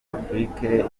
afrique